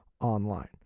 online